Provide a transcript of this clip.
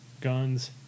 guns